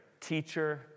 teacher